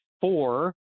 four